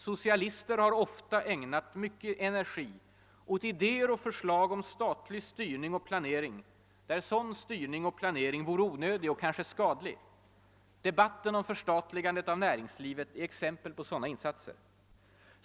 Socialister har ofta ägnat mycket energi åt idéer och förslag om statlig styrning och planering där sådan styrning och planering vore onödig och kanske skadlig. Debatten om förstatligande av näringslivet är ett exempel på sådana insatser.